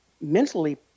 mentally